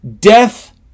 Death